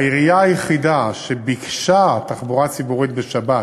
העירייה היחידה שביקשה תחבורה ציבורית בשבת